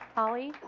holly,